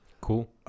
Cool